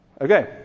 Okay